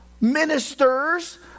ministers